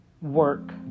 work